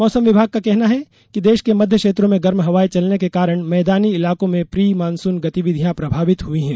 मौसम विभाग का कहना है कि देश के मध्य क्षेत्रों में गर्म हवाएं चलने के कारण मैदानी इलाकों में प्री मानसून गतिविधियां प्रभावित हुई हैं